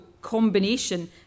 combination